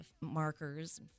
markers